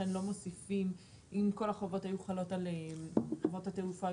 אם כל החובות היו חלים על חברות התעופה,